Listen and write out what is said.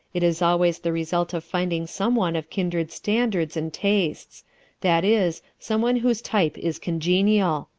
it is always the result of finding some one of kindred standards and tastes that is, some one whose type is congenial.